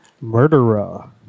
Murderer